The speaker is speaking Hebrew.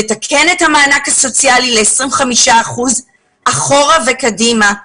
לתקן את המענק הסוציאלי ל-25 אחוזים אחורה וקדימה,